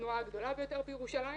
התנועה הגדולה ביותר בירושלים